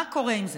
מה קורה עם זה?